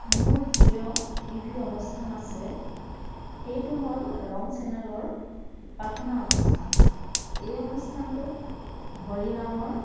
মোৰ প্ৰিয় টিভি অনুষ্ঠান আছে সেইটো হ'ল ৰং চেনেলৰ উপাসনা অনুষ্ঠান এই অনুষ্ঠানটোত হৰি নামৰ